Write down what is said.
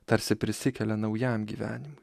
tarsi prisikelia naujam gyvenimui